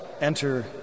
enter